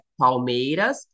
Palmeiras